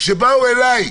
וכשבאו אליי,